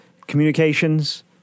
communications